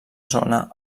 zona